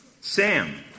Sam